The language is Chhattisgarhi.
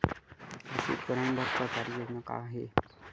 कृषि उपकरण बर सरकारी योजना का का हे?